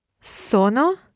Sono